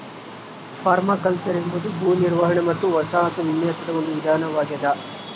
permaculture ಎಂಬುದು ಭೂ ನಿರ್ವಹಣೆ ಮತ್ತು ವಸಾಹತು ವಿನ್ಯಾಸದ ಒಂದು ವಿಧಾನವಾಗೆದ